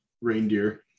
reindeer